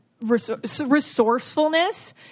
Resourcefulness